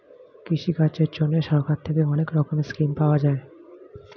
কৃষিকাজের জন্যে সরকার থেকে অনেক রকমের স্কিম পাওয়া যায়